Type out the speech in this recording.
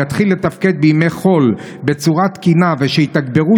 יתחיל לתפקד בימי חול בצורה תקינה ושיתגברו